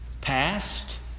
past